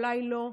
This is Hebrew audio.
אולי לא,